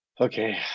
okay